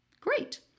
Great